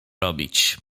robić